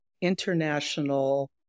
international